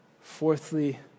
Fourthly